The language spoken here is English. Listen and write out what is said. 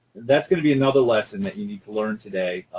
that's going to be another lesson that you need to learn today,